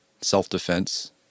self-defense